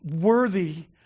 worthy